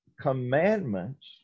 Commandments